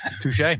Touche